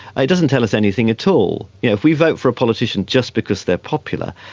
it doesn't tell us anything at all. if we vote for a politician just because they're popular,